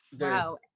Wow